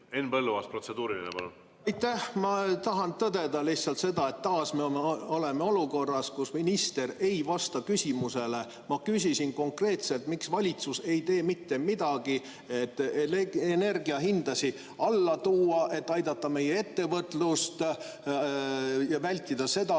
Ma tahan tõdeda lihtsalt seda, et taas me oleme olukorras, kus minister ei vasta küsimusele. Ma küsisin konkreetselt, miks valitsus ei tee mitte midagi, et energiahindasid alla tuua, et aidata meie ettevõtlust ja vältida seda,